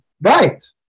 Right